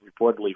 reportedly